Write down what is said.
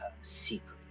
secret